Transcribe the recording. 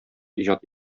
иҗат